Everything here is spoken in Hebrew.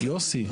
לא, יוסי.